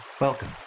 Welcome